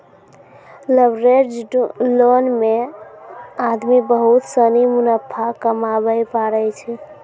leveraged loan मे आदमी बहुत सनी मुनाफा कमाबै पारै छै